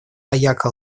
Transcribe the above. яакко